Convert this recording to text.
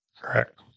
Correct